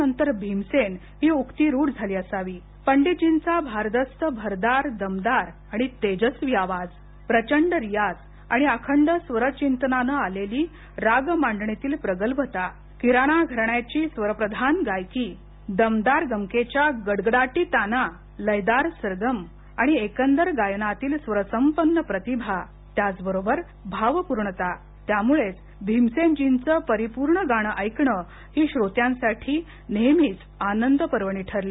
त्यामुळेच तानसेन नंतर भीमसेन हि उकी रूढ झाली आली असावी पंडितजींचा भारदस्तभरदार दमदार आणि तेजस्वी आवाज प्रचंड रियाज आणि अखंड स्वर चिंतनाने आलेली राग मांडणीतील प्रगल्भताकिरणा धराण्याची स्वरप्रधान गायकीव्मदार गमकेच्या गङगडाटी तानालयदार सरगम आणि एकंदर गायनातील स्वर संपन्न प्रतिभा त्याच बरोबर भावपूर्णता यामुळेच भीमसेनजींच्या तेजस्वी स्वरातील परिपूर्ण गाण ऐकणहि श्रोत्यांसाठी आनंद पर्वणी ठरली